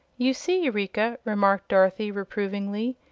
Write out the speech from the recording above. you see, eureka, remarked dorothy, reprovingly,